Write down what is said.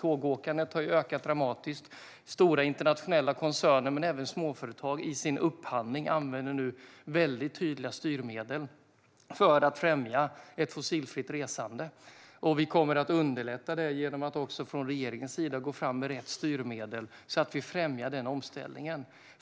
Tågåkandet har ökat dramatiskt. Stora internationella koncerner men även småföretag använder nu i sin upphandling mycket tydliga styrmedel för att främja ett fossilfritt resande. Vi kommer att underlätta det genom att också från regeringens sida gå fram med rätt styrmedel, så att vi främjar denna omställning.